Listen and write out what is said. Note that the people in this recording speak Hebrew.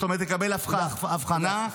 זאת אומרת יקבל אבחנה -- תודה.